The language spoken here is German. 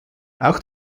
auch